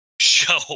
show